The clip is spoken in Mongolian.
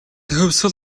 хувьсгал